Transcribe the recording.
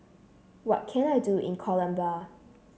what can I do in Colombia